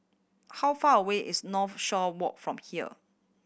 how far away is Northshore Walk from here